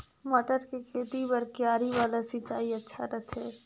मटर के खेती बर क्यारी वाला सिंचाई अच्छा रथे?